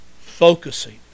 Focusing